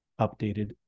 updated